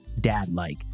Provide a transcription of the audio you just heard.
dad-like